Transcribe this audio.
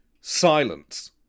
Silence